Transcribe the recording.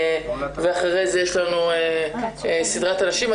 אחרי זה יש לנו סדרת אנשים.